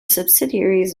subsidiaries